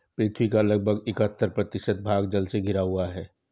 पृथ्वी का लगभग इकहत्तर प्रतिशत भाग जल से घिरा हुआ है